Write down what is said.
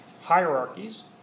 hierarchies